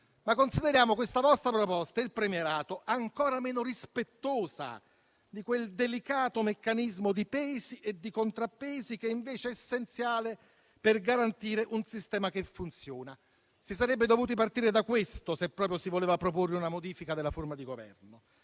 Consideriamo però questa vostra proposta sul premierato ancora meno rispettosa di quel delicato meccanismo di pesi e contrappesi che è invece essenziale per garantire un sistema che funziona. Si sarebbe dovuti partire da questo, se proprio si voleva proporre una modifica della forma di governo: